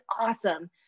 awesome